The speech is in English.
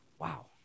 wow